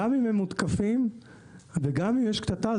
גם אם הם מותקפים וגם אם יש קטטה,